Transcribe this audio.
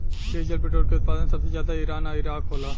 diesel petrol के उत्पादन सबसे ज्यादा ईरान आ इराक होला